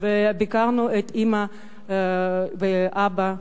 וביקרנו את אמא ואבא,